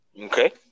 Okay